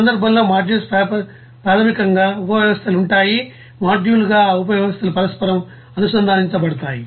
ఆ సందర్భంలో మాడ్యూల్స్ ప్రాథమికంగా ఉపవ్యవస్థలు ఉంటాయి మాడ్యూల్ గా ఆ ఉపవ్యవస్థలు పరస్పరం అనుసంధానించబడతాయి